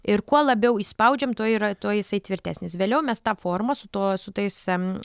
ir kuo labiau įspaudžiam to yra tuo jisai tvirtesnis vėliau mes tą formą su tuo su tais